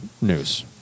news